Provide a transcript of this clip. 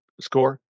score